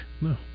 No